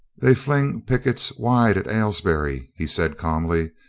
they fling pickets wide at aylesbury, he said calmly,